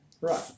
Right